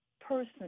person